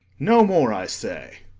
no more, i say.